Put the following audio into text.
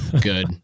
Good